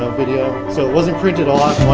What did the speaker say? um video. so it wasn't printed a lot in one